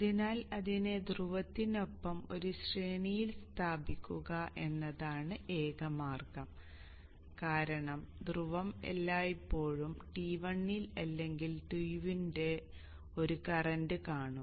അതിനാൽ അതിനെ ധ്രുവത്തിനൊപ്പം ഒരു ശ്രേണിയിൽ സ്ഥാപിക്കുക എന്നതാണ് ഏക മാർഗം കാരണം ധ്രുവം എല്ലായ്പ്പോഴും T1 അല്ലെങ്കിൽ T2 ന്റെ ഒരു കറന്റ് കാണും